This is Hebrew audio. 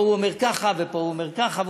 פה הוא אומר ככה ופה הוא אומר ככה,